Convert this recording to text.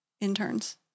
interns